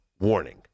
warning